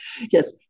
yes